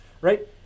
right